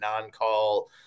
non-call